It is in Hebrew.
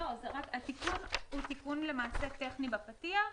התיקון הוא תיקון למעשה טכני בפתיח,